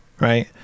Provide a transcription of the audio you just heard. right